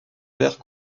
verres